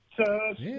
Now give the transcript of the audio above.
touch